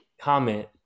comment